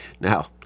Now